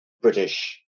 British